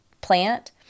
plant